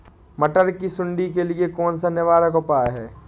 मटर की सुंडी के लिए कौन सा निवारक उपाय है?